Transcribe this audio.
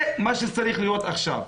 זה מה שצריך להיות עכשיו.